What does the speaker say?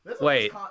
Wait